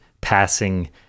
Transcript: passing